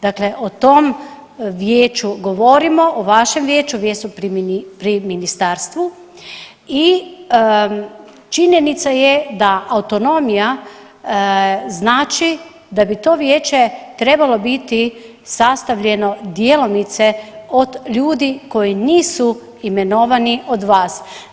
Dakle o tom vijeću govorimo, o vašem vijeću gdje su pri Ministarstvu i činjenica je da autonomija znači da bi to vijeće trebalo biti sastavljeno djelomice od ljudi koji nisu imenovani od vas.